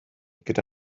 gyda